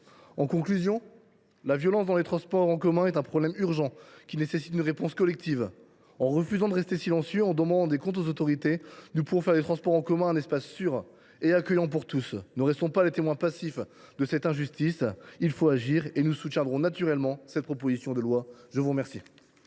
le sujet. La violence dans les transports en commun est un problème urgent, qui nécessite une réponse collective. En refusant de rester silencieux, en demandant des comptes aux autorités, nous pouvons faire de nos bus et de nos rames des espaces sûrs et accueillants pour tous. Ne restons pas les témoins passifs de cette injustice : il faut agir. Nous soutiendrons bien évidemment cette proposition de loi. La parole